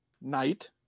Knight